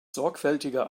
sorgfältiger